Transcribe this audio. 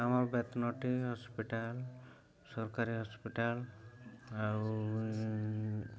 ଆମର ବେତନଟି ହସ୍ପିଟାଲ୍ ସରକାରୀ ହସ୍ପିଟାଲ୍ ଆଉ